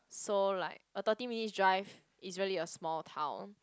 so like a thirty minutes drive is really a small town